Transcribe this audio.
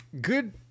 good